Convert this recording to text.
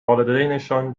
والدینشان